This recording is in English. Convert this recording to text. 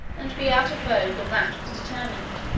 and be out of vogue when that was determined.